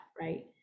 right